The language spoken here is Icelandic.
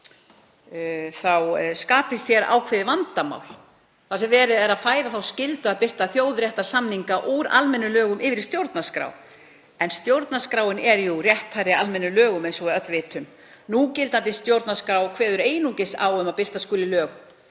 skapist hér ákveðið vandamál þar sem verið sé að færa þá skyldu að birta þjóðréttarsamninga úr almennum lögum yfir í stjórnarskrá en stjórnarskráin er rétthærri almennum lögum eins og við öll vitum. Núgildandi stjórnarskrá kveður einungis á um að birta skuli lög